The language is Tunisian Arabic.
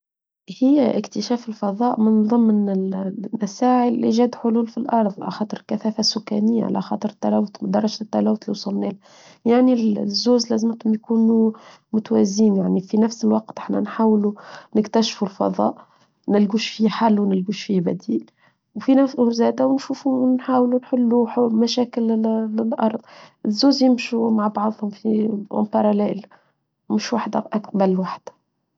هي اكتشاف الفضاء من ضمن المساعي اللي جاد حلول في الأرض على خطر كثافة سكانية على خطر مدرجة التلوث اللي وصلناه يعني الزوز لازم يكونوا متوازين يعني في نفس الوقت احنا نحاولوا نكتشفوا الفضاء نلقوش فيه حل ونلقوش فيه بديل وفي نفس الوقت زادا ونشوفوا ونحاولوا نحلو مشاكل للأرض الزوز يمشوا مع بعضهم في أومبيرالال مش واحدة أكبر بل واحدة.